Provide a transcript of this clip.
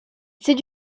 c’est